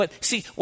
see